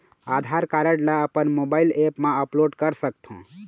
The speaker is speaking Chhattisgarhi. आधार कारड ला अपन मोबाइल ऐप मा अपलोड कर सकथों?